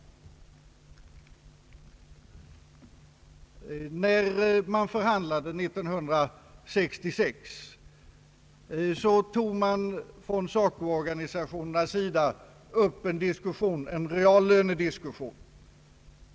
När man förhandlade 1966, tog SACO organisationerna upp en reallönediskussion.